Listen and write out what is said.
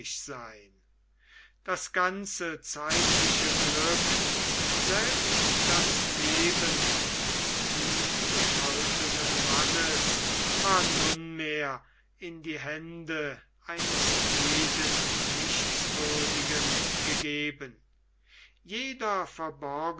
sein das ganze zeitliche glück selbst das leben des unbescholtenen mannes war nunmehr in die hände eines jeden nichtswürdigen gegeben jeder